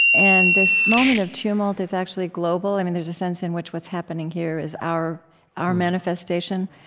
and this moment of tumult is actually global. there's a sense in which what's happening here is our our manifestation.